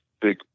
big